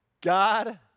God